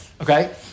Okay